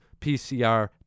PCR